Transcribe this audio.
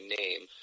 name